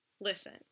Listen